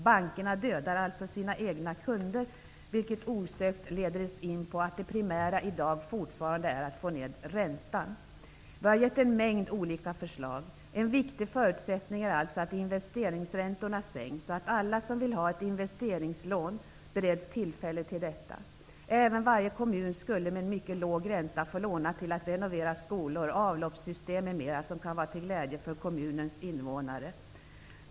Bankerna dödar alltså sina egna kunder, vilket osökt leder oss in på att det primära i dag fortfarande är att få ned räntan. Vi har gett en mängd olika förslag. En viktig förutsättning är alltså att investeringsräntorna sänks så att alla som vill ha ett investeringslån bereds tillfälle till detta. Även varje kommun skulle med en mycket låg ränta få låna till att renovera skolor, avloppssystem m.m. som kan vara till glädje för kommunens invånare.